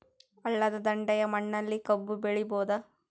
ಹಳ್ಳದ ದಂಡೆಯ ಮಣ್ಣಲ್ಲಿ ಕಬ್ಬು ಬೆಳಿಬೋದ?